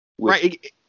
Right